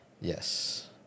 Yes